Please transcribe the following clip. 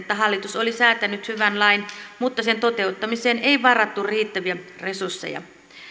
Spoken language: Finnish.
että hallitus oli säätänyt hyvän lain mutta sen toteuttamiseen ei varattu riittäviä resursseja